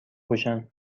پوشن